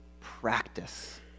practice